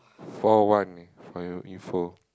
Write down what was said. four one for your info